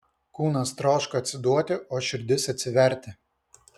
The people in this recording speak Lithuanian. kūnas troško atsiduoti o širdis atsiverti